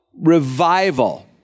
revival